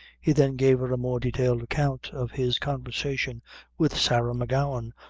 he then gave her a more detailed account of his conversation with sarah m'gowan,